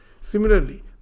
Similarly